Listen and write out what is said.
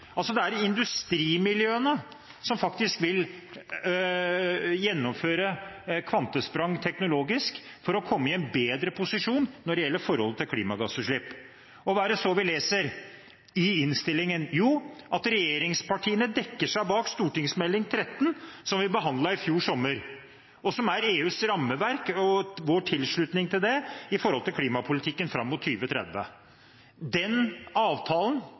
så vi leser i innstillingen? Jo, at regjeringspartiene dekker seg bak Meld. St. 13 for 2014–2015, som vi behandlet i fjor sommer, som gjelder EUs rammeverk og vår tilslutning til det, med hensyn til klimapolitikken fram mot 2030. Den avtalen